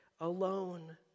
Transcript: alone